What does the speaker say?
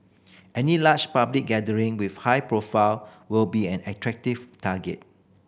any large public gathering with high profile will be an attractive target